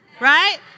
Right